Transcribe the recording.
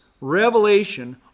Revelation